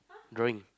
drawing